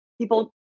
people